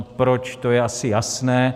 Proč, to je asi jasné.